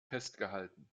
festgehalten